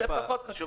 בסדר, זה פחות חשוב.